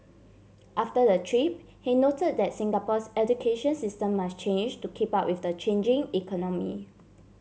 after the trip he noted that Singapore's education system must change to keep up with the changing economy